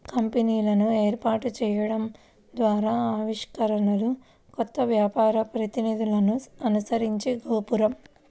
కంపెనీలను ఏర్పాటు చేయడం ద్వారా ఆవిష్కరణలు, కొత్త వ్యాపార ప్రతిపాదనలను అనుసరించే గోపురం